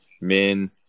men